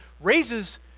raises